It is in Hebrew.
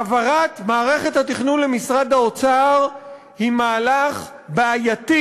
העברת מערכת התכנון למשרד האוצר היא מהלך בעייתי,